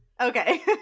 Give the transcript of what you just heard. Okay